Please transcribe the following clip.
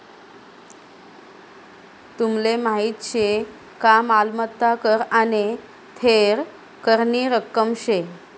तुमले माहीत शे का मालमत्ता कर आने थेर करनी रक्कम शे